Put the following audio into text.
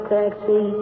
taxi